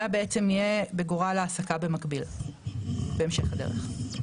מה בעצם יהיה בגורל ההעסקה במקביל בהמשך הדרך?